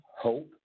hope